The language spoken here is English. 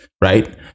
right